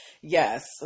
Yes